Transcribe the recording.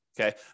Okay